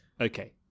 okay